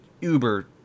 uber